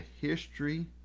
history